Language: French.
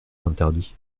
interdit